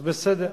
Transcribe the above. אז בסדר.